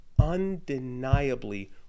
undeniably